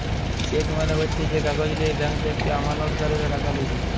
check মালে হচ্যে যে কাগজ লিয়ে ব্যাঙ্ক থেক্যে আমালতকারীরা টাকা লিছে